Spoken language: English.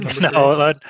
No